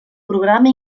programa